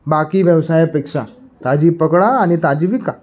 बाकी व्यवसायापेक्षा ताजी पकडा आणि ताजी विका